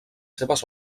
seves